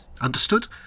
Understood